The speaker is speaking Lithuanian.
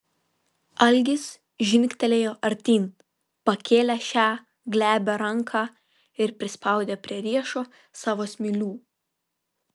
algis žingtelėjo artyn pakėlė šią glebią ranką ir prispaudė prie riešo savo smilių